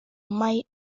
mai